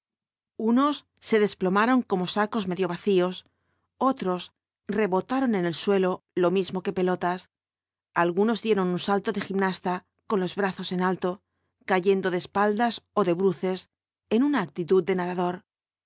unos se desplomaron como sacos medio vacíos otros rebotaron en el suelo lo mismo que pelotas algunos dieron un salto de gimnasta con los brazos en alto cayendo de espaldas ó de bruces en una actitud de nadador